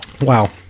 Wow